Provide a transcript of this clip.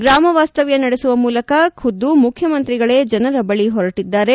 ಗ್ರಾಮ ವಾಸ್ತವ್ಯ ನಡೆಸುವ ಮೂಲಕ ಖುದ್ದು ಮುಖ್ಯಮಂತ್ರಿಗಳೇ ಜನರ ಬಳಿ ಹೊರಟಿದ್ದಾರೆ